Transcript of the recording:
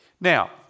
Now